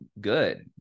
good